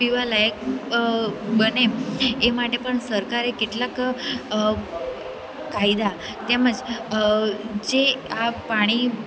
પીવાલાયક બને એ માટે પણ સરકારે કેટલાક કાયદા તેમજ જે આ પાણી